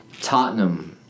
Tottenham